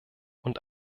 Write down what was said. und